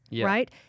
right